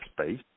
space